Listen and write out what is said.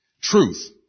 truth